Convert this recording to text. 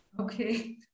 Okay